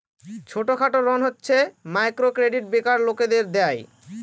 ছোট খাটো ঋণ হচ্ছে মাইক্রো ক্রেডিট বেকার লোকদের দেয়